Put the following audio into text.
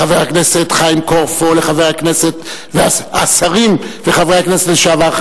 לחברי הכנסת והשרים לשעבר,